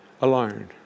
alone